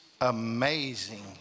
amazing